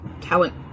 Talent